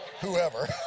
whoever